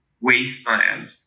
Wasteland